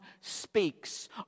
speaks